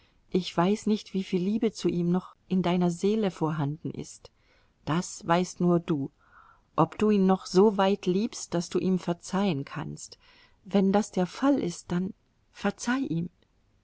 ich weiß nicht wieviel liebe zu ihm noch in deiner seele vorhanden ist das weißt nur du ob du ihn noch so weit liebst daß du ihm verzeihen kannst wenn das der fall ist dann verzeih ihm